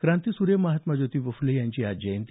क्रांतीसूर्य महात्मा ज्योतिबा फुले यांची आज जयंती